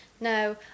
No